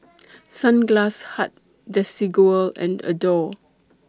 Sunglass Hut Desigual and Adore